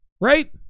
right